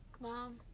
Mom